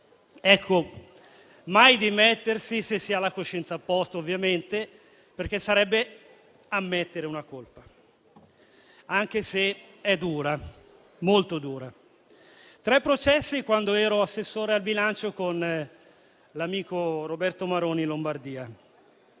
Ecco, mai dimettersi - se si ha la coscienza a posto, ovviamente - perché sarebbe ammettere una colpa, anche se è dura, molto dura. I tre processi li ho affrontati quando ero assessore al bilancio con l'amico Roberto Maroni, in Regione Lombardia: